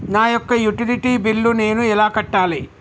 నా యొక్క utility bill నేను ఎలా కట్టాలి?